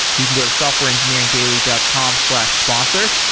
you can go to softwareengineeringdaily dot com slash sponsor.